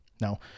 Now